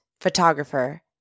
photographer